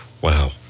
Wow